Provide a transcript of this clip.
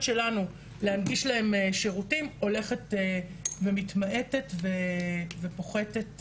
שלנו להנגיש להם שירותים הולכת ומתמעטת ופוחתת.